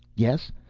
yes?